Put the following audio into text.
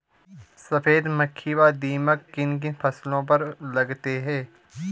सफेद मक्खी व दीमक किन किन फसलों पर लगते हैं?